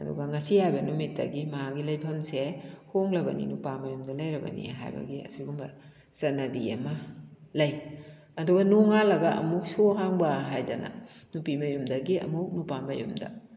ꯑꯗꯨꯒ ꯉꯁꯤ ꯍꯥꯏꯕ ꯅꯨꯃꯤꯠꯇꯤ ꯃꯥꯒꯤ ꯂꯩꯐꯝꯁꯦ ꯍꯣꯡꯂꯕꯅꯤ ꯅꯨꯄꯥ ꯃꯌꯨꯝꯗ ꯂꯩꯔꯕꯅꯤ ꯍꯥꯏꯕꯒꯤ ꯑꯁꯤꯒꯨꯝꯕ ꯆꯠꯅꯕꯤ ꯑꯃ ꯂꯩ ꯑꯗꯨꯒ ꯅꯣꯡꯉꯥꯜꯂꯕ ꯑꯃꯨꯛ ꯁꯣ ꯍꯥꯡꯕ ꯍꯥꯏꯗꯅ ꯅꯨꯄꯤ ꯃꯌꯨꯝꯗꯒꯤ ꯑꯃꯨꯛ ꯅꯨꯄꯥ ꯃꯌꯨꯝꯗ